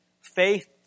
faith